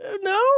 No